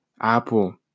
Apple